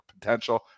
potential